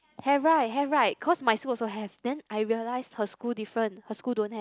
have right have right cause my school also have then I realise her school different her school don't have